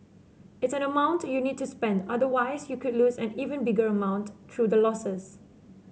it's an amount you need to spend otherwise you could lose an even bigger amount through the losses